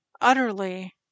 utterly